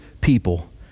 people